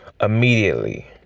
immediately